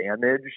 damage